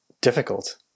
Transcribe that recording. difficult